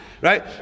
right